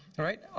right?